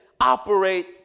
operate